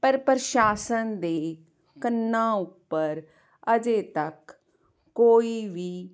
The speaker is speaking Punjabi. ਪਰ ਪ੍ਰਸ਼ਾਸਨ ਦੇ ਕੰਨਾਂ ਉੱਪਰ ਅਜੇ ਤੱਕ ਕੋਈ ਵੀ